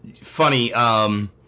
funny